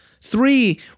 Three